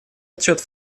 отчет